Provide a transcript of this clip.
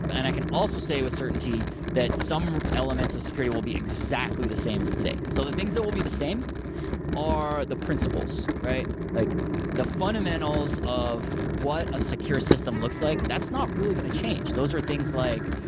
and i can also say with certainty that some elements of security will be exactly the same as today. and so the things that will be the same are the principles, right? like the fundamentals of what a secure system looks like, that's not really going to change. those are things like